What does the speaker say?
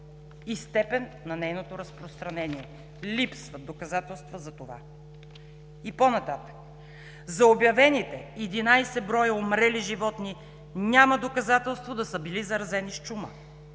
и степен на нейното разпространение.“ Липсват доказателства за това! И по-нататък: „За обявените 11 броя умрели животни няма доказателство да са били заразени с чума.